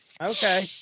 Okay